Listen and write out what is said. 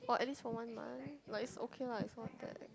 or at least for one month like it's okay lah it's not that ex